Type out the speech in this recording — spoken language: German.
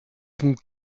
sind